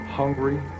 hungry